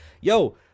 yo